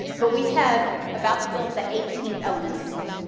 but we have about to build the eighteenth elementary school.